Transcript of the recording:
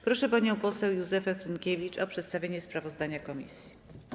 Proszę panią poseł Józefę Hrynkiewicz o przedstawienie sprawozdania komisji.